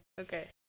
Okay